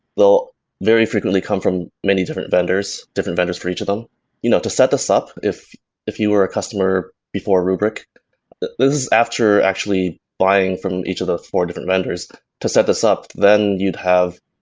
they'll very frequently come from many different vendors, different vendors for each of them you know to set this up if if you are a customer before rubrik. this is after actually buying from each of the four different vendors to set this up. then you'd have,